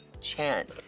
chant